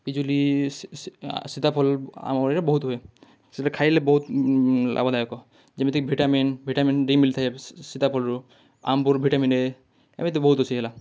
ପିଜୁଲି ସିତା ଫଲ୍ ଆମର ଏରା ବହୁତ୍ ହୁଏ ସେଇଟା ଖାଇଲେ ବହୁତ୍ ଲାଭଦାୟକ ଯେମିତିକି ଭିଟାମିନ୍ ଭିଟାମିନ୍ ଡ଼ି ମିଳିଥାଏ ସିତା ଫଲରୁ ଆମ୍ବରୁ ଭିଟାମିନ୍ ଏ ଏମିତି ବହୁତ୍ ଅଛି ହେଲା